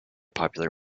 popular